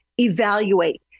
evaluate